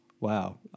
Wow